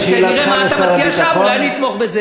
נראה מה אתה מציע שם, אולי אני אתמוך.